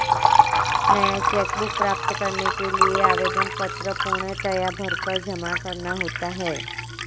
नया cheque book प्राप्त करने के लिए आवेदन पत्र पूर्णतया भरकर जमा करना होता है